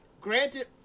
granted